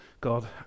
God